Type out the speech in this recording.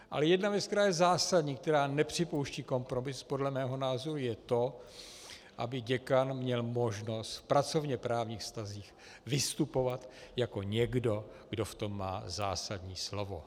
Ale jedna věc, která je zásadní, která nepřipouští kompromis, podle mého názoru je to, aby děkan měl možnost v pracovněprávních vztazích vystupovat jako někdo, kdo v tom má zásadní slovo.